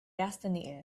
destiny